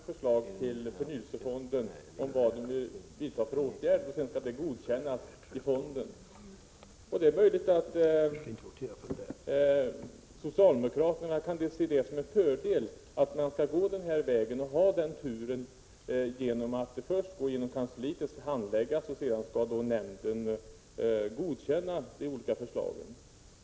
Herr talman! Det är myndigheten själv som skall komma med förslag till förnyelsefonden om vilka åtgärder den vill vidta, och de skall sedan godkännas av fonden. Det är möjligt att socialdemokraterna ser det som en fördel att gå denna väg, dvs. att de olika förslagen först skall handläggas i kansliet och sedan godkännas av nämnden.